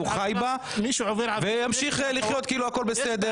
חי בה וימשיך לחיות כאילו הכול בסדר.